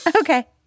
Okay